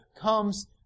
comes